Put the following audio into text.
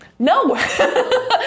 No